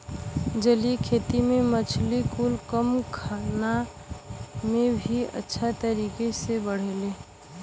जलीय खेती में मछली कुल कम खाना में भी अच्छे तरीके से बढ़ेले